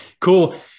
cool